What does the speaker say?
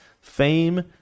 fame